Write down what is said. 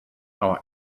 our